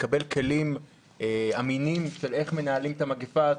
לקבל כלים אמינים של איך מנהלים את המגפה הזאת,